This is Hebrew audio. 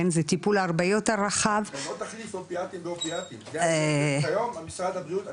זה טיפול הרבה יותר רחב --- היום משרד הבריאות,